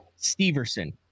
steverson